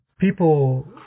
people